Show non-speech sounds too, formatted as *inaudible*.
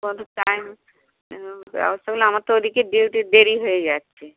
কত টাইম *unintelligible* আমার তো ওদিকে ডিউটি দেরি হয়ে যাচ্ছে